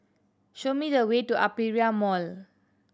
show me the way to Aperia Mall